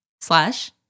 slash